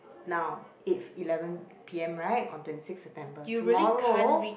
now if eleven p_m right on twenty six September tomorrow